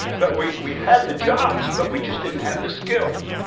but we we had the jobs, but we just didn't have the skills.